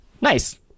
Nice